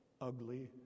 ugly